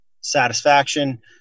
satisfaction